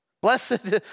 Blessed